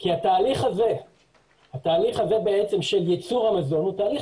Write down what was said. כי התהליך הזה של ייצור המזון הוא תהליך